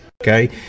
Okay